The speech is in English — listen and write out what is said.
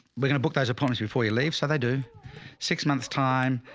we're gonna book those appointments before you leave. so they do six months time.